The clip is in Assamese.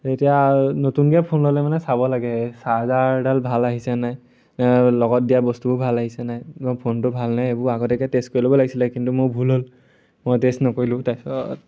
এতিয়া নতুনকে ফোন ল'লে মানে চাব লাগে চাৰ্জাৰডাল ভাল আহিছে নাই লগত দিয়া বস্তুবোৰ ভাল আহিছে নাই মই ফোনটো ভাল নাই এইবোৰ আগতে টেষ্ট কৰি ল'ব লাগিছিলে কিন্তু মোৰ ভুল হ'ল মই টেষ্ট নকৰিলোঁ তাৰপিছত